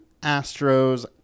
Astros